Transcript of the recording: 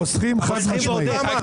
חוסכים חד משמעית.